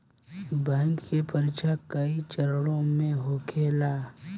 bank के परीक्षा कई चरणों में होखेला